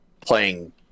Playing